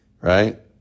right